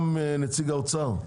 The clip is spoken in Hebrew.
גם נציג האוצר,